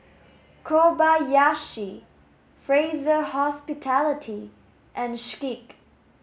Kobayashi Fraser Hospitality and Schick